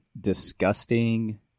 Disgusting